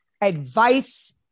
advice